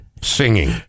singing